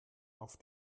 auf